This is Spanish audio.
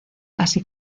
así